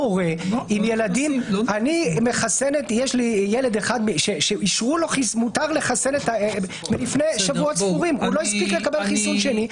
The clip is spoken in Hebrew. לי יש ילד אחד שמותר לחסן אותו אבל הוא לא הספיק לקבל את החיסון השני.